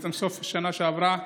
סוף השנה שעברה,